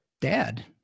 dad